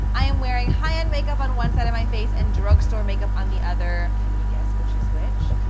i am wearing high-end makeup on one side of my face and drugstore makeup on the other. can you guess which is which?